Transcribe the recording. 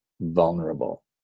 vulnerable